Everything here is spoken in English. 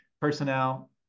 personnel